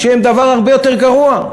שהם דבר הרבה יותר גרוע.